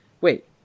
wait